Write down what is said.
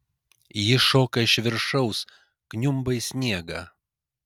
ji šoka iš viršaus kniumba į sniegą